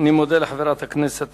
אני מודה לחברת הכנסת